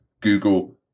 Google